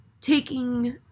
taking